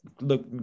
Look